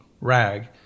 rag